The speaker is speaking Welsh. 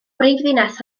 brifddinas